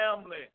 family